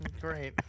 Great